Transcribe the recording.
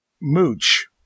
Mooch